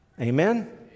amen